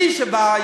מי שבא,